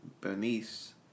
Bernice